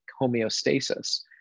homeostasis